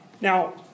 Now